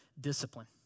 discipline